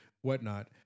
whatnot